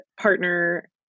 partner